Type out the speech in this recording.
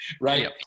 Right